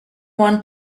want